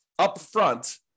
upfront